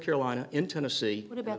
carolina in tennessee what about